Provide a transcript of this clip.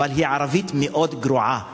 אבל היא ערבית מאוד גרועה,